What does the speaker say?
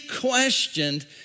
questioned